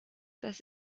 das